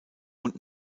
und